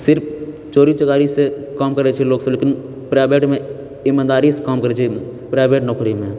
सिर्फ चोरी चकारीसे काम करै छै लोकसब लेकिन प्राइवेटमे ईमानदारीसँ काम करै छै प्राइवेट नौकरीमे